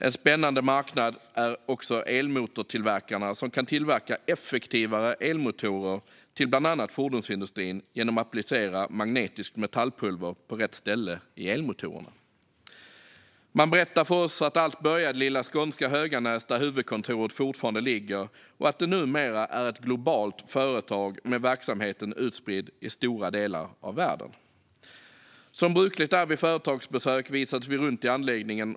En spännande marknad är också elmotortillverkarna, som kan tillverka effektivare elmotorer till bland annat fordonsindustrin genom att applicera magnetiskt metallpulver på rätt ställe i elmotorerna. De berättade för oss att allt började i lilla skånska Höganäs, där huvudkontoret fortfarande ligger, och att det numera är ett globalt företag med verksamheten utspridd i stora delar av världen. Som brukligt är vid företagsbesök visades vi runt i anläggningen.